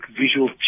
visual